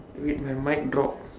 wait my mic drop